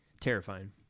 terrifying